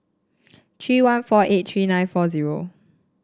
three one four eight three nine four zero